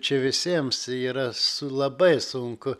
čia visiems yra su labai sunku